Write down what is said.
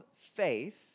faith